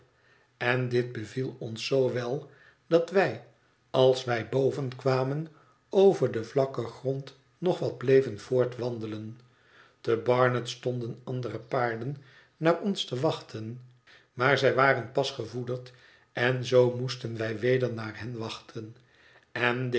en dit beviel ons zoo wel dat wij als wij bovenkwamen over den vlakken grond nog wat bleven voortwandelen te barnet stonden andere paarden naar ons te wachten maar zij waren pas gevoederd en zoo moesten wij weder naar hen wachten en